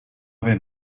ben